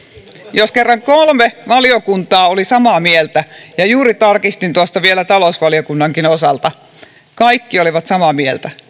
jos kerran kolme valiokuntaa oli samaa mieltä juuri tarkistin tuosta vielä talousvaliokunnankin osalta ja kaikki olivat samaa mieltä